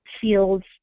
fields